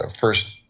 first